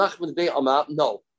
No